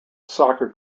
soccer